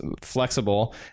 flexible